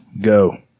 Go